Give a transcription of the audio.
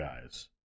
guys